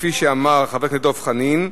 שכפי שאמר חבר הכנסת דב חנין,